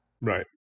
Right